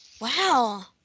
Wow